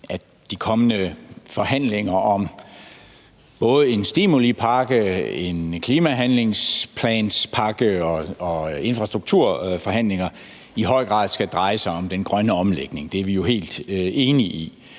at de kommende forhandlinger om både en stimulipakke, en klimahandlingsplanspakke og infrastrukturforhandlinger i høj grad skal dreje sig om den grønne omlægning. Det er vi jo helt enige i.